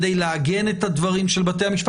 אם כדי לעגן את הדברים של בית המשפט